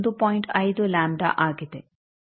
5 ಆಗಿದೆ